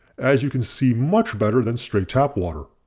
as you can see much better than straight tap water.